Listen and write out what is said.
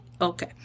okay